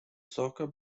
soccer